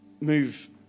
move